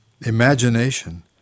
imagination